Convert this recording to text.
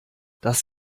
das